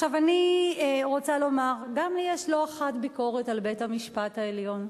אני רוצה לומר שגם לי יש לא אחת ביקורת על בית-המשפט העליון,